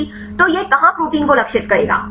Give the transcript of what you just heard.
सही तो यह कहां प्रोटीन को लक्षित करेगा